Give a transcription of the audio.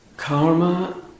Karma